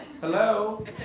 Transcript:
Hello